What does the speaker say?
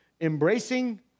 Embracing